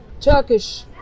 turkish